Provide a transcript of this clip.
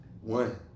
One